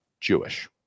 Jewish